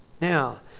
Now